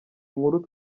inkuru